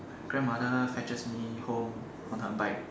grandmother fetches me home on her bike